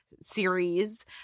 series